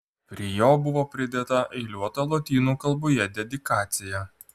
prie jo buvo pridėta eiliuota lotynų kalboje dedikacija